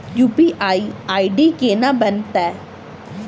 UPI ID केना बनतै?